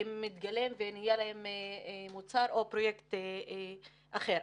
מתגלה ונהיה מוצר או פרויקט אחר.